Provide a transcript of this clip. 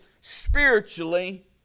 spiritually